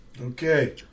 Okay